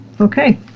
Okay